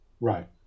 Right